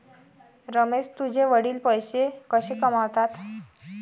रमेश तुझे वडील पैसे कसे कमावतात?